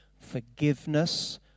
forgiveness